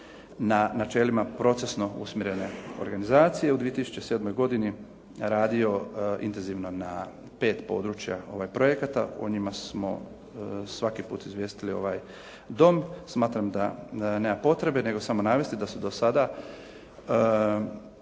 na načelima procesno usmjerene organizacije u 2007. godini radio intenzivno na pet područja, projekata. O njima smo svaki put izvijestili ovaj Dom. Smatram da nema potrebe nego samo navesti da su do sada